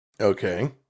Okay